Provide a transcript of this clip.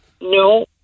no